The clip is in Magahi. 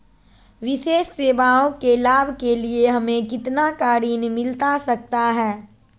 विशेष सेवाओं के लाभ के लिए हमें कितना का ऋण मिलता सकता है?